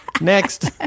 Next